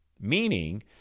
Meaning